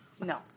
No